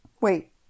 Wait